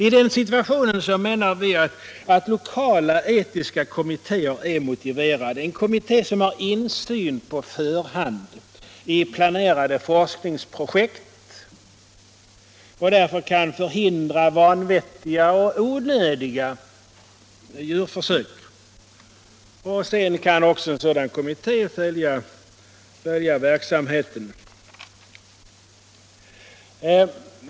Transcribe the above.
I den situationen menar vi att lokala etiska kommittéer är motiverade —- kommittéer som har insyn på förhand i planerade forskningsprojekt och därför kan förhindra vanvettiga och onödiga djurförsök. Sedan kan sådana kommittéer också följa verksamheten.